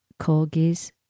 Corgis